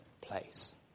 place